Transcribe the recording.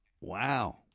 Wow